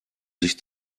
sich